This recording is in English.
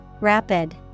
Rapid